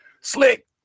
Slick